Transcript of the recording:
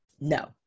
no